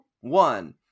one